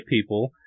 people